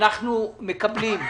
אנחנו מקבלים.